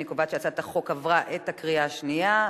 אני קובעת שהצעת החוק עברה בקריאה השנייה.